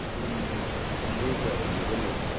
جی sir جی بولیے سر